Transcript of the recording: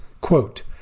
Quote